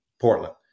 Portland